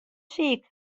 siik